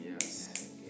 Yes